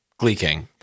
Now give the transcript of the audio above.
gleeking